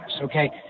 okay